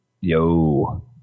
Yo